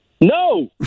No